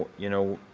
you know,